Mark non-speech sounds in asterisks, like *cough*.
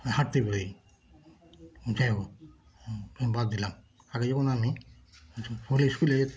আমি হাঁটতে বের হই যাইও আমি বাদ দিলাম আগে যখন আমি *unintelligible* ভোরে স্কুলে যে